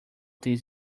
this